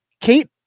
Kate